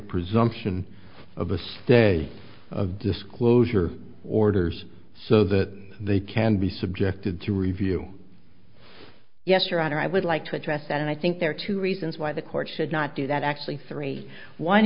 presumption of the day of disclosure orders so that they can be subjected to review yes your honor i would like to address that and i think there are two reasons why the court should not do that actually three one